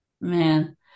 man